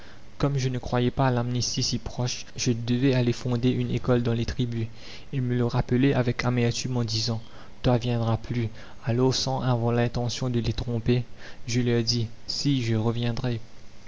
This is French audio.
comme je ne croyais pas à l'amnistie si proche je devais aller fonder une école dans les tribus ils me le rappelaient avec amertume en disant toi viendras plus alors sans avoir l'intention de les tromper je leur dis si je reviendrai